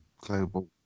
global